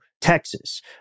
Texas